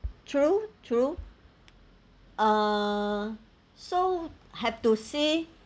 true true uh so have to say